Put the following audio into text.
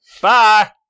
Bye